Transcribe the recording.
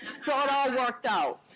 so it all worked out.